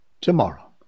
tomorrow